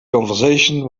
conversation